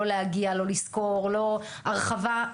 לא להגיע, לא לשכור, לא הרחבה.